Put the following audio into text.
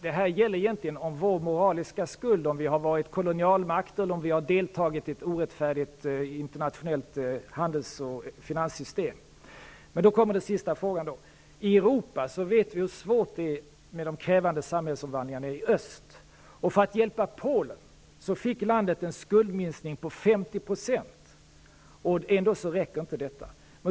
Det här gäller egentligen vår moraliska skuld -- om vi har varit kolonialmakt eller om vi har deltagit i ett orättfärdigt internationellt handels och finanssystem. När det gäller Europa vet vi hur svårt det är med de krävande samhällsomvandlingarna i öst. För att Polen skulle hjälpas fick landet en skuldminskning på 50 %, och ändå räcker inte detta.